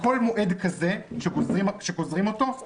כללי משחק תוך כדי משחק ממי שהגיש תיקון